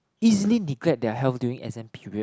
easily neglect their health during exam period